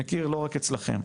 מכיר לא רק אצלכם.